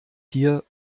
hier